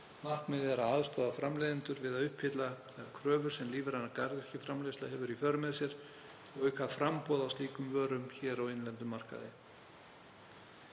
Markmiðið er að aðstoða framleiðendur við að uppfylla þær kröfur sem lífræn garðyrkjuframleiðsla hefur í för með sér og auka framboð á slíkum vörum á innlendum markaði.